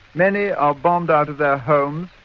many are bombed out of their homes.